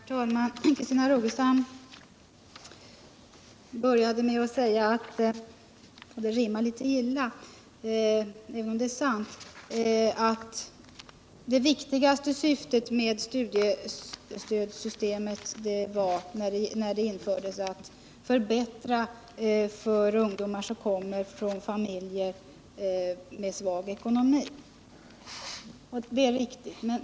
Herr talman! Christina Rogestam började med att säga att det viktigaste syftet med studiestödssystemet när det infördes var att förbättra för ungdomar som kommer från familjer med svag ekonomi. Det är riktigt.